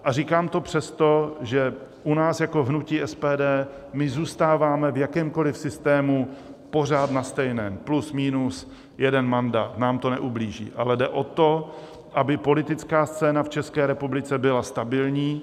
A říkám to přesto, že u nás jako hnutí SPD my zůstáváme v jakémkoliv systému pořád na stejném, plus minus jeden mandát, nám to neublíží, ale jde o to, aby politická scéna v České republice byla stabilní.